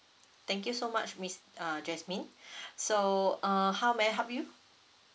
thank you so much miss err jasmine so err how may I help you